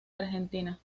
argentina